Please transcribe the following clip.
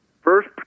First